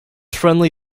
friendly